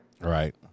right